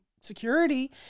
security